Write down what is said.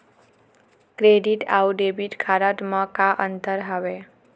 Credit अऊ debit card म का अंतर हावे?